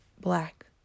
black